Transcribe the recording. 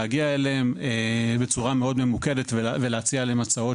להגיע אליהם בצורה מאוד ממוקדת ולהציע הצעות